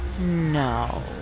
No